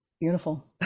Beautiful